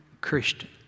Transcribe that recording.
Christian